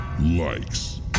likes